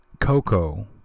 Coco